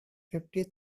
fifty